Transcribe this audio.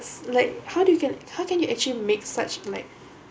it's like how do you can how can you actually makes such like